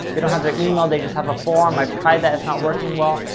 they don't have their email, they just have a form. i've tried that, it's not working well.